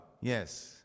Yes